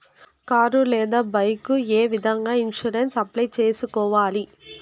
car లేదా bike ఏ విధంగా ఇన్సూరెన్సు అప్లై సేసుకోవాలి